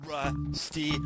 Rusty